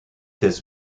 this